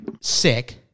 sick